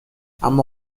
اما